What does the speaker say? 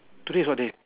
today is what day